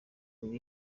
wiga